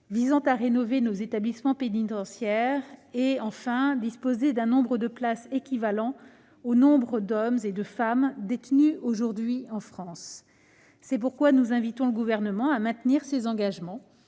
visant à rénover nos établissements pénitentiaires et à enfin disposer d'un nombre de places équivalent à celui des hommes et des femmes détenus aujourd'hui en France. C'est la raison pour laquelle nous invitons le Gouvernement à maintenir ses engagements